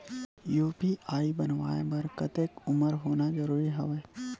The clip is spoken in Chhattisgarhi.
यू.पी.आई बनवाय बर कतेक उमर होना जरूरी हवय?